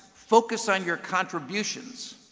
focus on your contributions,